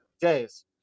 Jay's